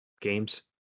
games